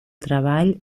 treball